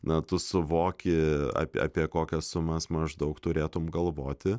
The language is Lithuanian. na tu suvoki apie apie kokias sumas maždaug turėtum galvoti